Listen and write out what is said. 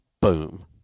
Boom